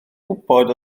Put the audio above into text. gwybod